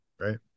right